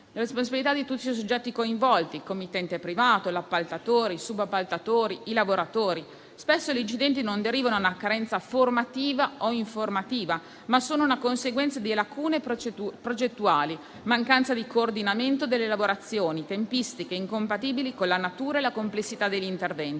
responsabilità da parte di tutti i soggetti coinvolti: il committente privato, l'appaltatore, i subappaltatori e i lavoratori. Spesso gli incidenti non derivano da una carenza formativa o informativa, ma sono una conseguenza di lacune progettuali, di mancanza di coordinamento delle lavorazioni o di tempistiche incompatibili con la natura e la complessità degli interventi.